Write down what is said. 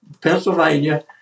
Pennsylvania